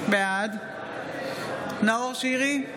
בעד נאור שירי,